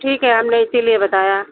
ठीक है हमने इसीलिए बताया